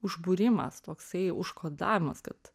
užbūrimas toksai užkodavimas kad